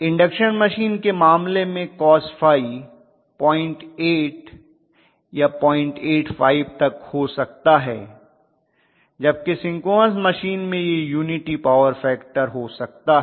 induction machine के मामले में cosϕ 08 या 085 तक हो सकता है जबकि सिंक्रोनस मशीन में यह यूनिटी पॉवर फैक्टर हो सकता है